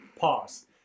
pause